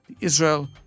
Israel